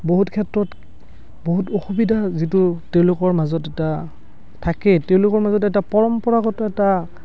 বহুত ক্ষেত্ৰত বহুত অসুবিধা যিটো তেওঁলোকৰ মাজত এটা থাকে তেওঁলোকৰ মাজত এটা পৰম্পৰাগত এটা